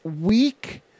week